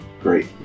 great